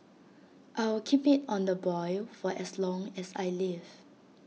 I'll keep IT on the boil for as long as I live